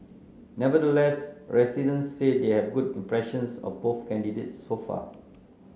nevertheless residents said they have good impressions of both candidates so far